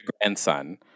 grandson